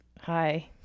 hi